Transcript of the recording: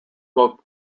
both